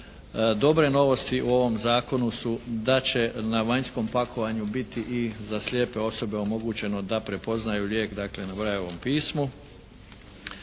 Dobre novosti u ovom zakonu su da će na vanjskom pakovanju biti i za slijepe osobe omogućeno da prepoznaju lijek dakle na Braillovom pismu.